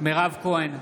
מירב כהן,